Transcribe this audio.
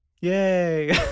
Yay